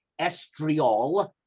estriol